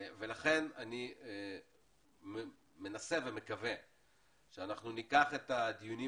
לכן אני מנסה ומקווה שאנחנו ניקח את הדיונים